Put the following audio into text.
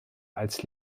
als